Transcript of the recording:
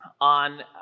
on